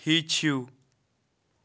ہیٚچھِو